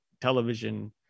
television